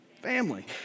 Family